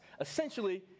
essentially